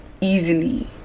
easily